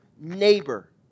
Neighbor